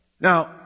now